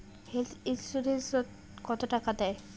Health insurance ওত কত টাকা দেয়?